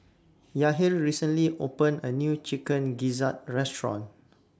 Yahir recently opened A New Chicken Gizzard Restaurant